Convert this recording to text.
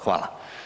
Hvala.